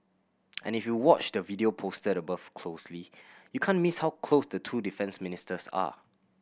and if you watch the video posted above closely you can't miss how close the two defence ministers are